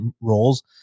roles